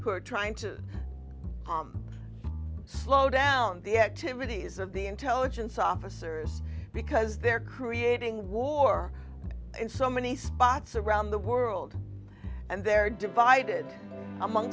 who are trying to slow down the activities of the intelligence officers because they're creating war in so many spots around the world and they're divided among